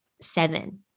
seven